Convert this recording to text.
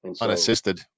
unassisted